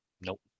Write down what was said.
Nope